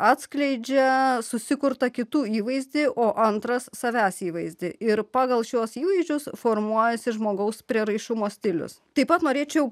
atskleidžia susikurtą kitų įvaizdį o antras savęs įvaizdį ir pagal šiuos įvaizdžius formuojasi žmogaus prieraišumo stilius taip pat norėčiau